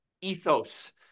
ethos